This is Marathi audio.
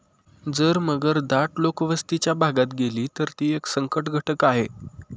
जर मगर दाट लोकवस्तीच्या भागात गेली, तर ती एक संकटघटक आहे